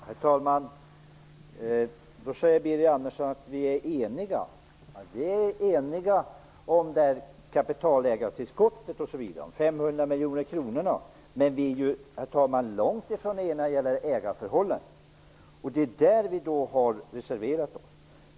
Herr talman! Birger Andersson säger att vi är eniga. Vi är eniga om kapitalägartillskottet om 500 miljoner kronor, men vi är långt ifrån eniga när det gäller ägarförhållandena. Det är på den punkten vi socialdemokrater har reserverat oss.